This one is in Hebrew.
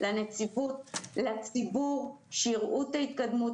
לנציבות ולציבור שיראה את ההתקדמות.